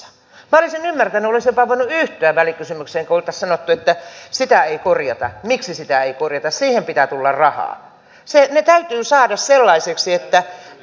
minä olisin ymmärtänyt ja olisin jopa voinut yhtyä välikysymykseen kun olisi sanottu että sitä ei korjata miksi sitä ei korjata siihen pitää tulla rahaa